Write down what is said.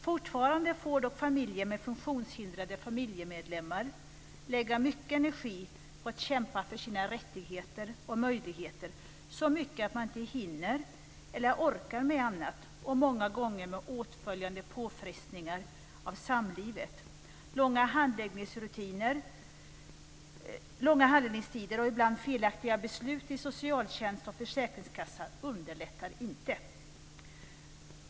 Fortfarande får dock familjer med funktionshindrade familjemedlemmar lägga ned mycket energi på att kämpa för sina rättigheter och möjligheter, så mycket att man inte hinner eller orkar med annat, många gånger med åtföljande påfrestningar av samlivet. Långa handläggningstider och ibland felaktiga beslut i socialtjänst och försäkringskassa underlättar inte.